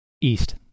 East